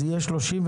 אז יהיה 35%,